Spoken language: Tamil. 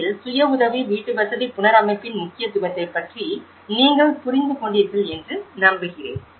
துருக்கியில் சுய உதவி வீட்டுவசதி புனரமைப்பின் முக்கியத்துவத்தைப் பற்றி நீங்கள் புரிந்துகொண்டீர்கள் என்று நம்புகிறேன்